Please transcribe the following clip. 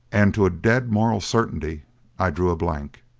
and to a dead moral certainty i drew a blank,